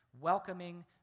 welcoming